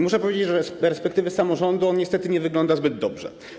Muszę powiedzieć, że z perspektywy samorządu on niestety nie wygląda zbyt dobrze.